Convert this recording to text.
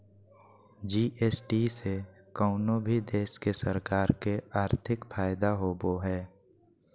GST से कउनो भी देश के सरकार के आर्थिक फायदा होबो हय